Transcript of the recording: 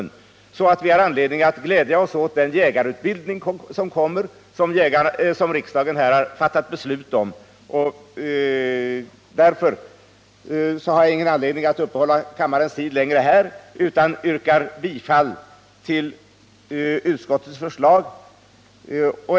Därför har vi anledning att glädja oss åt den jägarutbildning som riksdagen här har fattat beslut om. Jag har därför ingen anledning att ta kammarens tid i anspråk längre utan yrkar bifall till utskottets förslag.